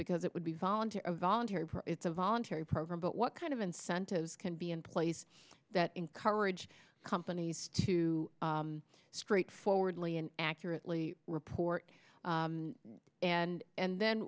because it would be volunteer a voluntary it's a voluntary program but what kind of incentives can be in place that encourage companies to straightforwardly and accurately report and